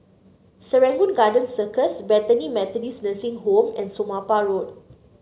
Serangoon Garden Circus Bethany Methodist Nursing Home and Somapah Road